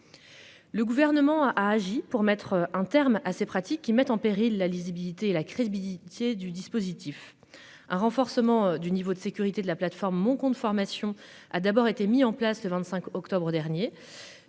Le gouvernement a agi pour mettre un terme à ces pratiques qui mettent en péril la lisibilité et la crédibilité du dispositif un renforcement du niveau de sécurité de la plateforme mon compte formation a d'abord été mis en place le 25 octobre dernier